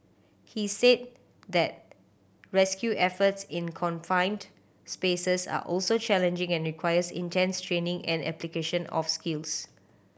he said that rescue efforts in confined spaces are also challenging and requires intense training and application of skills